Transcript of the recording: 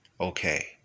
Okay